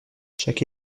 chaque